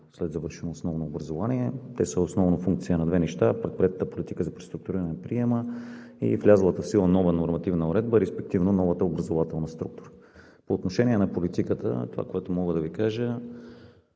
след завършено основно образование. Те са основно функции на две неща – предприетата политика за преструктуриране на приема и влязлата в сила нова нормативна уредба, респективно новата образователна структура. По отношение на политиката това, което мога да Ви кажа